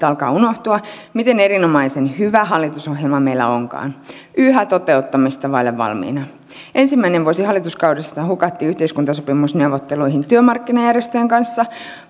alkaa unohtua miten erinomaisen hyvä hallitusohjelma meillä onkaan yhä toteuttamista vaille valmiina ensimmäinen vuosi hallituskaudesta hukattiin yhteiskuntasopimusneuvotteluihin työmarkkinajärjestöjen kanssa